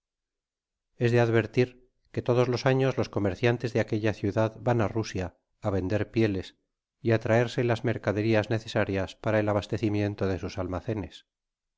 es de advertir que todos los anos los comerciantes de aquella ciudad van á rusia á vender pieles y á traerse las mercaderias necesarias para el abastecimiento de sus almacenes